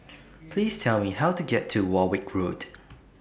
Please Tell Me How to get to Warwick Road